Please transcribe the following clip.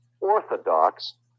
orthodox